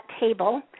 table